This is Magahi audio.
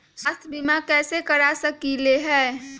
स्वाथ्य बीमा कैसे करा सकीले है?